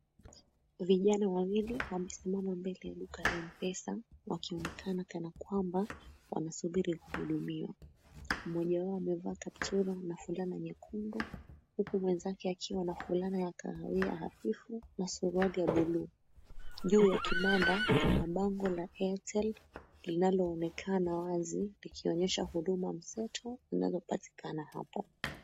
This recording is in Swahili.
Vijana wawili wamesimama mbele ya duka la M-pesa wakionekana kanakwamba wanasubiri kuhudumiwa. Mmoja wao amevaa kaptula na fulana nyekundu huku mwenzake akiwa na fulana ya kahawia hafifu na suruali ya buluu. Juu ya kibanda kuna bango la Airtel linaloonekana wazi likionyesha huduma mseto zinazopatikana hapo.